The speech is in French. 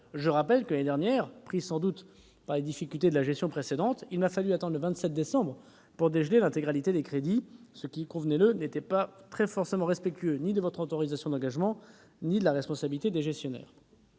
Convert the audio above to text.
que, l'an dernier, pris sans doute par les difficultés héritées de la gestion précédente, il m'avait fallu attendre le 27 décembre pour dégeler l'intégralité des crédits, ce qui, convenez-le, n'était respectueux ni de votre autorisation d'engagement ni de la responsabilité des gestionnaires.